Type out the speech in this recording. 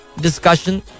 discussion